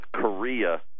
Korea